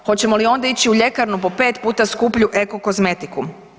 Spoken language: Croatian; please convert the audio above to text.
Hoćemo li onda ići u ljekarnu po 5 puta skuplju eko kozmetiku.